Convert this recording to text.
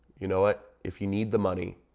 you know what, if you need the money,